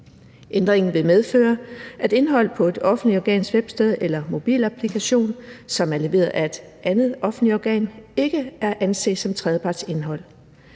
Ændringen vil medføre, at indhold på et offentligt organs websted eller mobilapplikation, som er leveret af et andet offentligt organ, ikke er at anse som tredjepartsindhold.